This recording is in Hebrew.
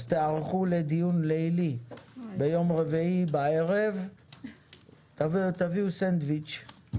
אז תיערכו לדיון לילי ביום רביעי בערב ותביאו סנדביץ'.